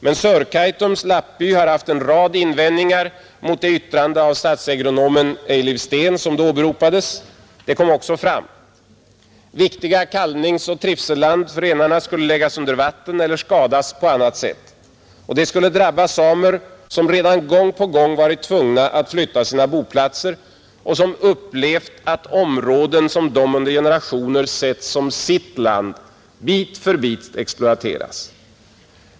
Men Sörkaitums lappby har haft en rad invändningar mot det yttrande av statsagronomen Eliel Steen som då åberopades. De kom också fram. Viktiga kalvningsoch trivselland för renarna skulle läggas under vatten eller skadas på annat sätt. Det skulle drabba samer som redan gång på gång varit tvungna att flytta sina boplatser och som upplevt att områden som de under generationer sett som sitt land bit för bit exploaterats.